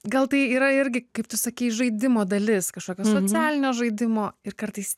gal tai yra irgi kaip tu sakei žaidimo dalis kažkokio socialinio žaidimo ir kartais